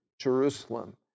Jerusalem